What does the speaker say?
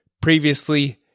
previously